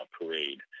parade